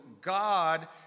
God